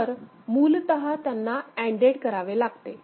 तर मूलतः त्यांना ANDed करावे लागते